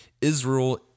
Israel